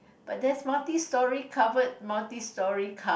but there's multi storey covered multi storey car